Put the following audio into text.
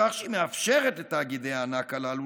בכך שהיא מאפשרת לתאגידי הענק הללו